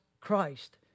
Christ